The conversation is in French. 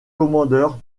commandeur